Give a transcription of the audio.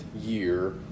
year